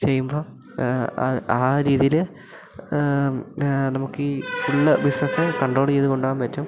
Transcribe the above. ചെയ്യുമ്പോൾ ആ ആ രീതിയിൽ നമുക്കീ ഫുൾ ബിസിനസ്സ് കൺണ്ട്രോൾ ചെയ്ത് കൊണ്ടു പോകാന് പറ്റും